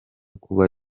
kuba